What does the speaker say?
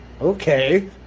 okay